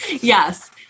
Yes